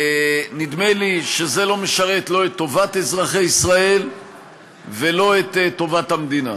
נדמה לי שזה לא משרת לא את טובת אזרחי ישראל ולא את טובת המדינה.